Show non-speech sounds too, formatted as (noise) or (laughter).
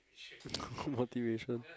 (noise) motivation